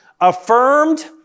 affirmed